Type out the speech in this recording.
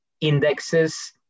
indexes